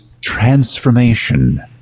transformation